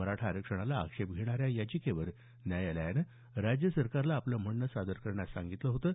मराठा आरक्षणाला आक्षेप घेणाऱ्या याचिकेवर न्यायालयानं राज्य सरकारला आपलं म्हणणे सादर करण्यास सांगितलं होतं